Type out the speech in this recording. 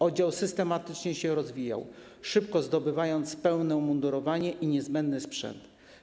Oddział systematycznie się rozwijał, szybko zdobywając pełne umundurowanie i niezbędny sprzęt.